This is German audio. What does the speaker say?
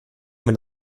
wenn